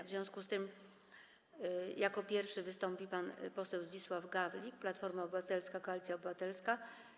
W związku z tym jako pierwszy wystąpi pan poseł Zdzisław Gawlik, Platforma Obywatelska - Koalicja Obywatelska.